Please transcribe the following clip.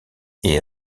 est